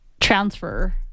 transfer